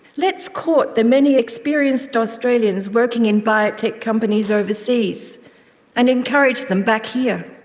let's court the many experienced australians working in biotech companies overseas and encourage them back here.